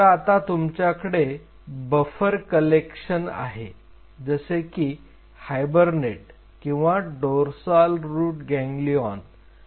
तर आता तुमच्याकडे बफर कलेक्शन आहे जसे की हायबरनेट किंवा डोर्साल रूट गॅंगलिऑन DRGs